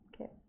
Okay